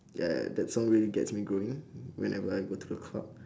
ya that song really gets me going whenever I go to the club